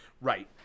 Right